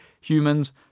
humans